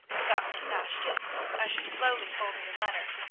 thought miss ashton as she slowly folded the letter.